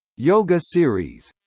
yoga series